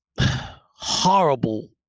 horrible